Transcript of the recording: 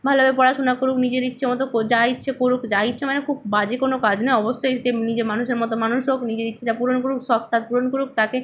ভালোভাবে পড়াশুনা করুক নিজের ইচ্ছে মতো কো যা ইচ্ছে করুক যা ইচ্ছে মানে খুব বাজে কোনো কাজ না অবশ্যই সে নিজে মানুষের মতো মানুষ হোক নিজের ইচ্ছে পূরণ করুক শখ সাধ পূরণ করুক তাকে